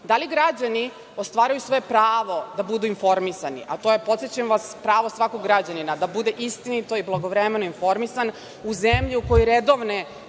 Da li građani ostvaruju svoje pravo da budu informisani, a to je, podsećam vas pravo svakog građanina da bude istinito i blagovremeno i informisan u zemlji u kojoj redovne